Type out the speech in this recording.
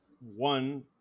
one